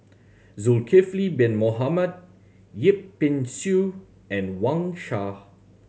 Zulkifli Bin Mohamed Yip Pin Xiu and Wang Sha